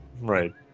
Right